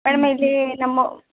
madam ಇಲ್ಲಿ ನಮ್ಮ